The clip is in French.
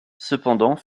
cependant